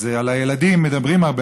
אז על הילדים מדברים הרבה,